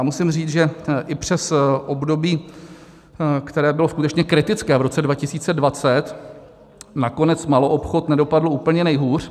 Musím říct, že i přes období, které bylo skutečně kritické v roce 2020, nakonec maloobchod nedopadl úplně nejhůř.